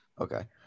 Okay